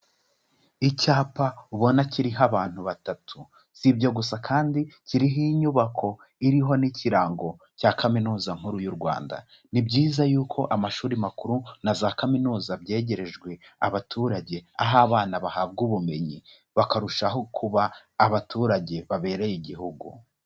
Icyapa ubona kiriho abantu batatu si ibyo gusa kandi kiriho inyubako iriho n'ikirango cya Kaminuza nkuru y'u Rwanda, ni byiza yuko amashuri makuru na za kaminuza byegerejwe abaturage, aho abana bahabwa ubumenyi bakarushaho kuba abaturage babereye igihugu.